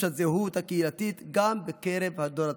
הזהות הקהילתית גם בקרב הדור הצעיר,